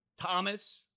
Thomas